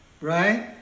right